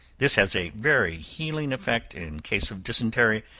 this has a very healing effect in cases of dysentery,